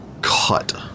cut